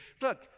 look